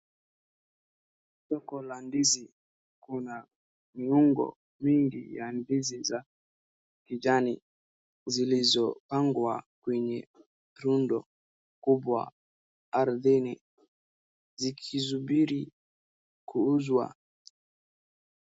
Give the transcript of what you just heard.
Soko la ndizi, kuna miungo mingi ya ndizi za kijani zilizopangwa kwenye rundo kubwa ardhini zikisubiri kuuzwa.